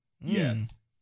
Yes